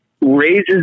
raises